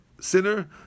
sinner